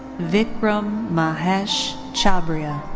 vikram mahesh chhabria.